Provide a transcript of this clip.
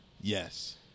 Yes